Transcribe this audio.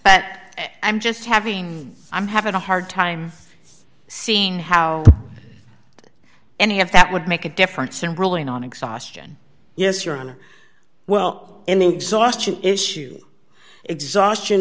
but i'm just having i'm having a hard time seeing how any of that would make a difference and rolling on exhaustion yes you're on well in exhaustion